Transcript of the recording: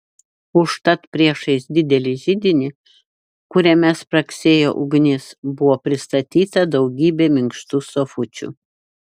užtat priešais didelį židinį kuriame spragsėjo ugnis buvo pristatyta daugybė minkštų sofučių